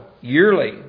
yearly